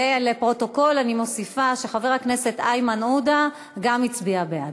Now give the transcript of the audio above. ולפרוטוקול אני מוסיפה שחבר הכנסת איימן עודה גם הצביע בעד.